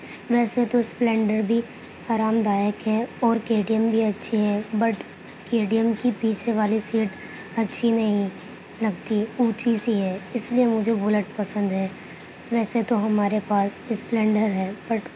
اس ویسے تو اسپلنڈر بھی آرام دایک ہے اور کے ٹی ایم بھی اچھی ہے بٹ کے ٹی ایم کی پیچھے والی سیٹ اچھی نہیں لگتی اونچی سی ہے اس لیے مجھے بلیٹ پسند ہے ویسے تو ہمارے پاس اسپلنڈر ہے بٹ